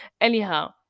Anyhow